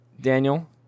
Daniel